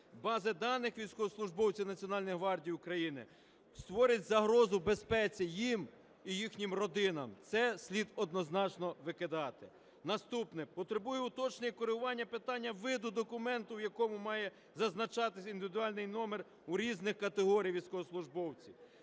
бази даних військовослужбовців Національної гвардії України створить загрозу безпеці їм і їхнім родинам. Це слід однозначно викидати. Наступне. Потребує уточнення коригування питання виду документа, в якому має зазначатись індивідуальний номер у різних категорій військовослужбовців.